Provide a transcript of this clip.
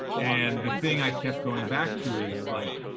and the thing i kept going back to is, like,